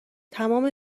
تمام